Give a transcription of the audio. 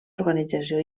organització